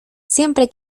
siempre